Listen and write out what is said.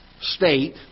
state